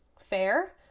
fair